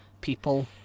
people